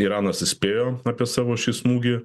iranas įspėjo apie savo šį smūgį